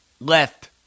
left